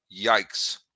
Yikes